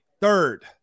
third